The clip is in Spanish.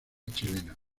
chilena